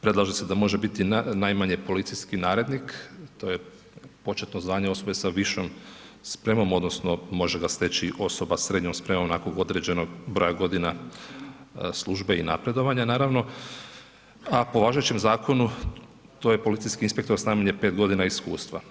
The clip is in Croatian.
predlaže se da može biti najmanje policijski narednik, to je početno zvanje osobe sa višom spremom odnosno može ga steći osoba sa srednjom spremom nakon određenog broja godina službe i napredovanja naravno, a po važećem zakonu, to je policijski inspektor s najmanje 5.g. iskustva.